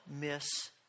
miss